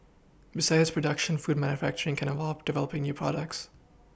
besides production food manufacturing can involve develoPing new products